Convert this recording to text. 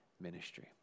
ministry